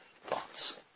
thoughts